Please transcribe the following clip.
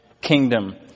kingdom